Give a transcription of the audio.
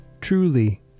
truly